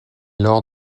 lors